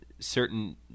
Certain